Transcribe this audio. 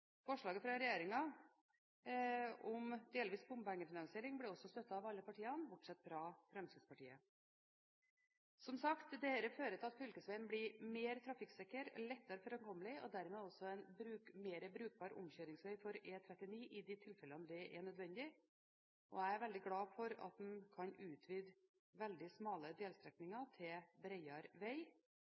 Forslaget fra regjeringen om delvis bompengefinansiering blir også støttet av alle partiene bortsett fra Fremskrittspartiet. Som sagt, dette fører til at fylkesveien blir mer trafikksikker, lettere framkommelig og dermed også en mer brukbar omkjøringsvei for E39 i de tilfellene det er nødvendig, og jeg er veldig glad for at man kan utvide veldig smale delstrekninger til bredere vei.